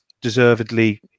deservedly